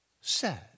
sad